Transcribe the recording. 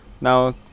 Now